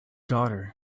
daughter